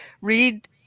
Read